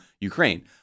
Ukraine